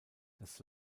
das